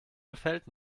gefällt